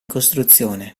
costruzione